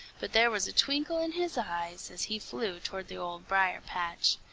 but there was a twinkle in his eyes as he flew toward the old briar-patch.